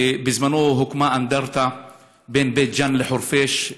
בזמנו הוקמה אנדרטה בין בית ג'ן לחורפיש,